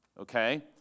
Okay